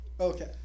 Okay